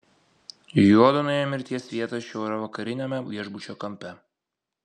juodu nuėjo į mirties vietą šiaurvakariniame viešbučio kampe